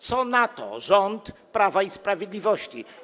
Co na to rząd Prawa i Sprawiedliwości?